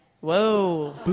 Whoa